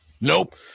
Nope